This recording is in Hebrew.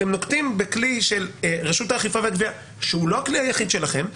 אתם נוקטים בכלי של רשות האכיפה והגבייה שהוא לא הכלי היחיד שלכם.